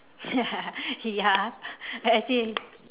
ya ya as in